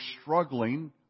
struggling